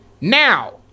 Now